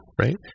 right